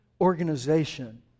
organization